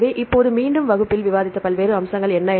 எனவே இப்போது மீண்டும் வகுப்பில் விவாதித்த பல்வேறு அம்சங்கள் என்ன